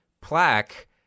plaque